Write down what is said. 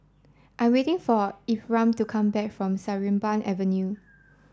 I am waiting for Ephraim to come back from Sarimbun Avenue